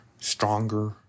stronger